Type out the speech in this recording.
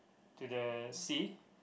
to the sea